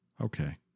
Okay